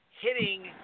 hitting